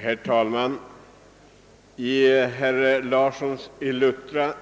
Herr talman! Herr Larsson i Luttra